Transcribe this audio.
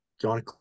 John